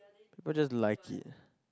people just like it